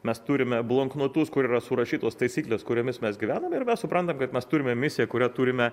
mes turime bloknotus kur yra surašytos taisyklės kuriomis mes gyvename ir mes suprantam kad mes turime misiją kurią turime